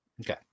Okay